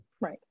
right